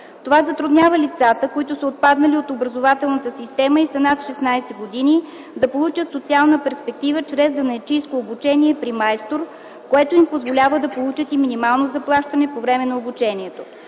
Това затруднява лицата, които са отпаднали от образователната система и са над 16 години, да получат социална перспектива чрез занаятчийско обучение при майстор, което им позволява да получат и минимално заплащане по време на обучението.